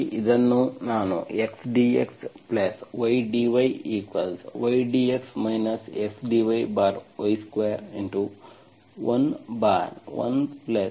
ಹಾಗಾಗಿ ಇದನ್ನು ನಾನು xdxydyy dx x dyy2